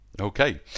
Okay